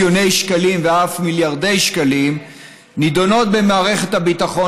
שקלים ואף מיליארדי שקלים נדונות במערכת הביטחון,